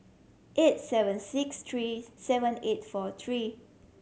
eight seven six three seven eight four three